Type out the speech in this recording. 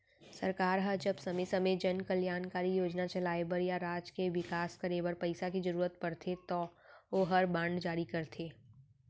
सरकार ह जब समे समे जन कल्यानकारी योजना चलाय बर या राज के बिकास करे बर पइसा के जरूरत परथे तौ ओहर बांड जारी करथे